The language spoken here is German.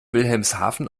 wilhelmshaven